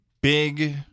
big